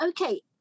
okay